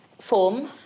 form